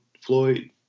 Floyd